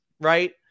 right